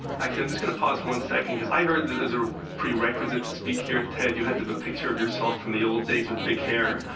actually i'm just going to pause for one second, because i heard that there's a prerequisite to speak here at ted you had to have a picture of yourself from the old days with big hair.